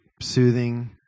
soothing